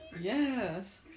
Yes